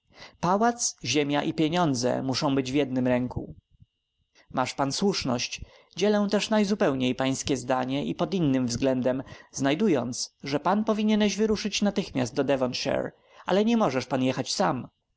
pałac ziemia i pieniądze muszą być w jednem ręku masz pan słuszność dzielę też najzupełniej pańskie zdanie i pod innym względem znajdując że pan powinieneś wyruszyć natychmiast do devonshire ale nie możesz pan jechać sam